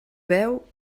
veu